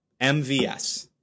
MVS